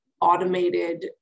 automated